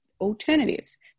alternatives